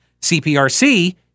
CPRC